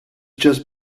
just